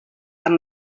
amb